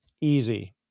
Easy